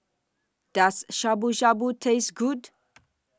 Does Shabu Shabu Taste Good